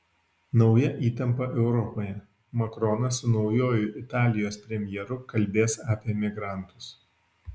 nauja įtampa europoje makronas su naujuoju italijos premjeru kalbės apie migrantus